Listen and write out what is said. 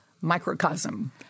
microcosm